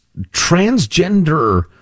transgender